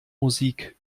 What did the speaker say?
musik